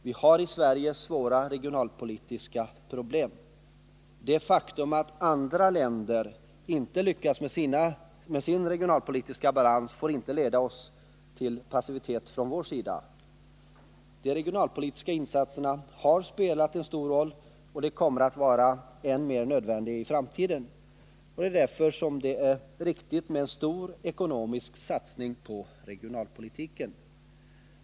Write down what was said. Vi har i Sverige svåra regionalpolitiska problem. Det faktum att andra länder inte lyckas med sin regionalpolitiska balans får inte leda till passivitet från vår sida. De regionalpolitiska insatserna har spelat stor roll, och de kommer att vara än mer nödvändiga i framtiden. Det är därför som det är riktigt med en stor ekonomisk satsning på regionalpolitiken.